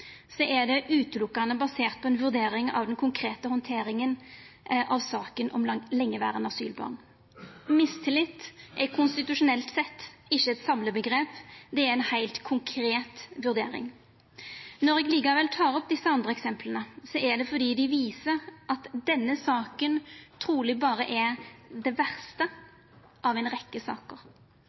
er det utelukkande basert på ei vurdering av den konkrete handteringa av saka om lengeverande asylbarn. Mistillit er konstitusjonelt sett ikkje eit samleomgrep, det er ei heilt konkret vurdering. Når eg likevel tek opp desse andre eksempla, er det fordi dei viser at denne saka truleg berre er den verste av ei rekkje saker.